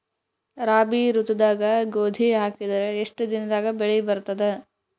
ರಾಬಿ ಋತುದಾಗ ಗೋಧಿ ಹಾಕಿದರ ಎಷ್ಟ ದಿನದಾಗ ಬೆಳಿ ಬರತದ?